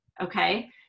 okay